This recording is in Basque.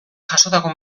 jasotako